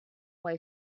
way